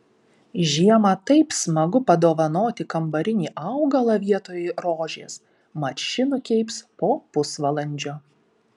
žiemą taip smagu padovanoti kambarinį augalą vietoj rožės mat ši nukeips po pusvalandžio